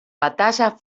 batalla